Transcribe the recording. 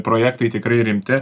projektai tikrai rimti